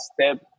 step